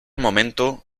momento